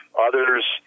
others